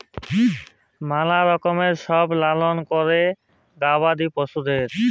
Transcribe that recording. ম্যালা রকমের সব লালল ক্যরে গবাদি পশুদের